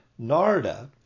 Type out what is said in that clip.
Narda